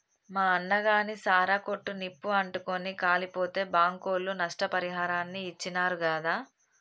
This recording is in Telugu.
మా అన్నగాని సారా కొట్టు నిప్పు అంటుకుని కాలిపోతే బాంకోళ్లు నష్టపరిహారాన్ని ఇచ్చినారు గాదా